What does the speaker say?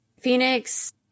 Phoenix